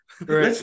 Right